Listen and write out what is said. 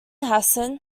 hassan